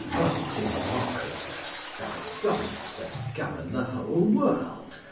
o democritus, thy gods that govern the whole world!